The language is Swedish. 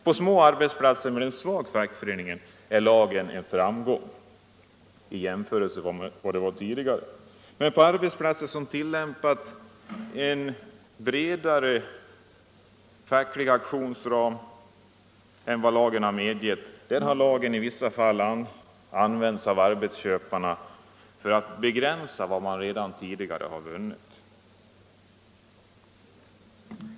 På små arbetsplatser med en svag fackförening är lagen en framgång i jämförelse med tidigare förhållanden. Men på arbetsplatser där man tillkämpat sig en bredare facklig aktionsram än vad lagen har medgett har denna i vissa fall använts av arbetsköparna för att begränsa de möjligheter man redan tidigare har vunnit.